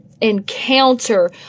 Encounter